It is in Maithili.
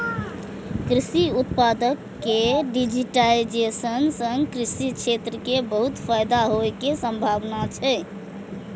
कृषि उत्पाद के डिजिटाइजेशन सं कृषि क्षेत्र कें बहुत फायदा होइ के संभावना छै